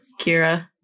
Kira